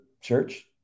church